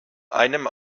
einem